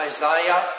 Isaiah